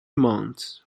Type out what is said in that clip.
months